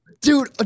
dude